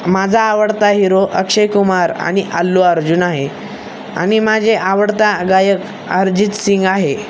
माझा आवडता हिरो अक्षयकुमार आणि आल्लू अर्जुन आहे आणि माझे आवडता गायक अर्जित सिंग आहे